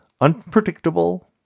unpredictable